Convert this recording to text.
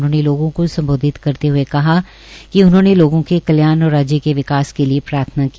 उन्होंने लोगों को सम्बोधित करते हुए कहा कि उन्होंने लोगों के कल्याण और राज्य के विकास के लिए प्रार्थना की